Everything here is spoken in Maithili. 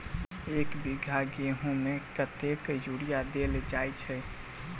एक बीघा गेंहूँ मे कतेक यूरिया देल जाय छै?